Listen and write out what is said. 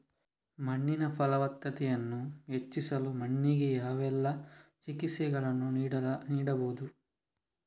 ಮಣ್ಣಿನ ಫಲವತ್ತತೆಯನ್ನು ಹೆಚ್ಚಿಸಲು ಮಣ್ಣಿಗೆ ಯಾವೆಲ್ಲಾ ಚಿಕಿತ್ಸೆಗಳನ್ನು ನೀಡಬಹುದು?